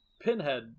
Pinhead